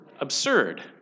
absurd